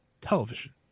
television